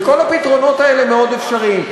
וכל הפתרונות האלה מאוד אפשריים.